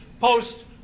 post